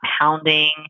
pounding